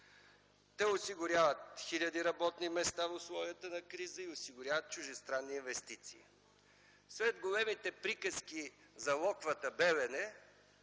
Те осигуряват хиляди работни места в условията на криза и чуждестранни инвестиции. След големите приказки за „локвата Белене”,